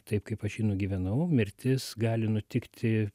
taip kaip aš jį nugyvenau mirtis gali nutikti